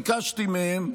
ביקשתי מהם,